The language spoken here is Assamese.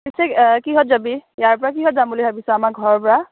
পিছে কিহত যাবি ইয়াৰ পৰা কিহত যাম বুলি ভাবিছ আমাৰ ঘৰৰ পৰা